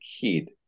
kid